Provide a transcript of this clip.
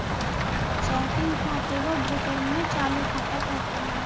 checking खाते को Britain में चालू खाता कहते हैं